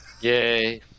Yay